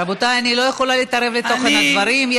רבותי, אני לא יכולה להתערב בתוכן הדברים.